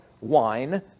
wine